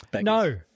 No